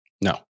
no